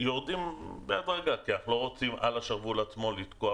יורדים בהדרגה כי אנחנו לא רוצים על השרוול עצמו לתקוע